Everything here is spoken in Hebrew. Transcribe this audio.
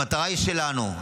המטרה שלנו,